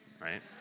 right